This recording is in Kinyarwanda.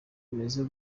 bimeze